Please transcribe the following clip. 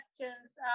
questions